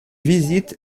visite